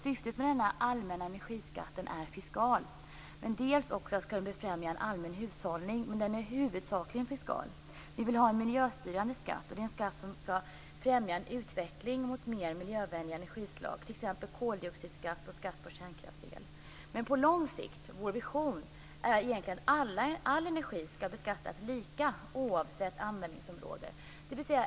Syftet med denna skatt är huvudsakligen fiskal, men den skall också befrämja en allmän hushållning. Vi vill ha en miljöstyrande skatt, och den skatten skall främja en utveckling mot mer miljövänliga energislag, t.ex. koldioxidskatt och skatt på kärnkraftsel. På lång sikt är vår vision att all energi skall beskattas lika, oavsett användningsområde.